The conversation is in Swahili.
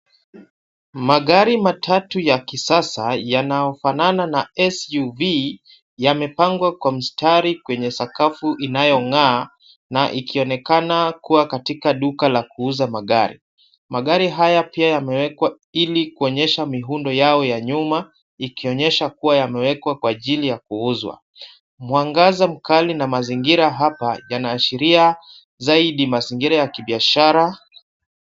Magari matatu ya kisasa yanayofanana na SUV , yamepangwa kwa mstari kwenye sakafu inayong'aa na ikionekana kuwa katika duka la kuuza magari. Magari haya pia yamewekwa ili kuonyesha miundo yao ya nyuma ikionyesha kuwa yamewekwa kwa ajili ya kuuzwa. Mwangaza mkali na mazingira hapa yanaashiria zaidi mazingira ya kibiashara.